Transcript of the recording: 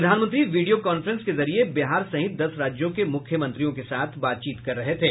प्रधानमंत्री video conference के जरिये बिहार सहित दस राज्यों के मुख्य मंत्रियों के साथ बातचीत कर रहे थे